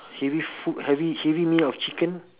heavy food having heavy meal of chicken